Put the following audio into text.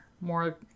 more